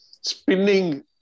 spinning